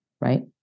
right